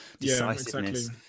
decisiveness